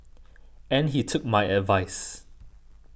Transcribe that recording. and he took my advice